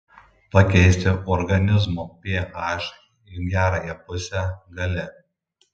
pakeisti organizmo ph į gerąją pusę gali